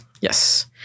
Yes